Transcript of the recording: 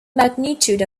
magnitude